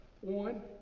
one